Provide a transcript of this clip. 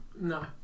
no